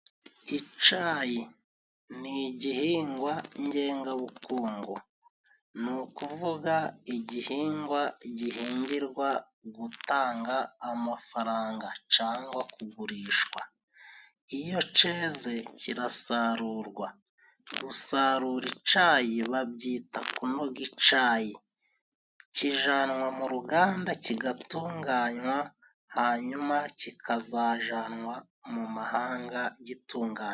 Icayi ni igihingwa ngengabukungu. Ni ukuvuga igihingwa gihingirwa gutanga amafaranga cangwa kugurishwa. Iyo ceze kirasarurwa. Gusarura icayi babyita kunoga icayi. Kijanwa mu ruganda kigatunganywa, hanyuma kikazajanwa mu mahanga gitunganye.